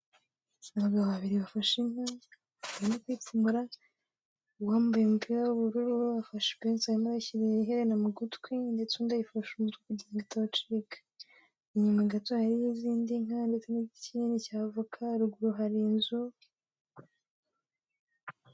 Abagabo babiri bafashe inka, barimo kuyipfumura, uwambaye umupira w'ubururu afashe ipensi arimo arayishyirira iherena mu gutwi, ndetse n'undi uyifashe umutwe kugira ngo itabacika. Inyuma gato hari n'izindi nka, ndetse n'igiti kinini cy'avoka, haruguru hari inzu...